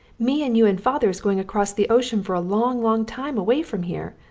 me and you and father is going across the ocean for a long, long time away from here.